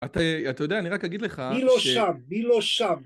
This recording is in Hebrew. אתה יודע אני רק אגיד לך מי לא שם מי לא שם